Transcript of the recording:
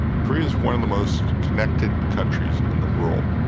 korea is one of the most connected countries in the world,